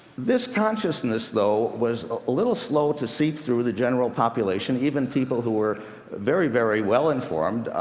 this consciousness, though, was a little slow to seep through the general population, even people who were very, very well informed.